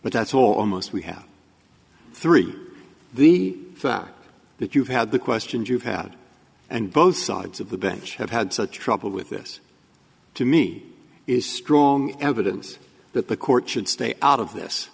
but that's all almost we have three the fact that you have the questions you've had and both sides of the bench have had such trouble with this to me is strong evidence that the court should stay out of this